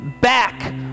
Back